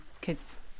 kids